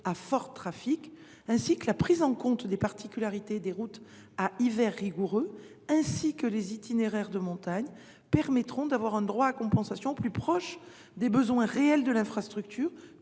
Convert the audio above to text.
à fort trafic -et la prise en compte des particularités des routes à hiver rigoureux, ainsi que des itinéraires de montagne, permettront de déterminer un droit à compensation au plus près des besoins réels de l'infrastructure,